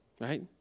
right